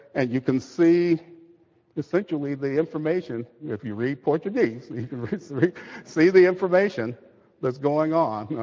and you can see essentially the information. if you read portuguese, you can see the information that's going on,